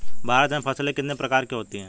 भारत में फसलें कितने प्रकार की होती हैं?